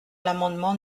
l’amendement